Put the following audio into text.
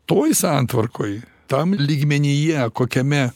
toj santvarkoj tam lygmenyje kokiame